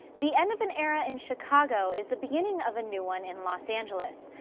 the end of an era in chicago is the beginning of a new one in los angeles.